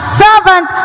servant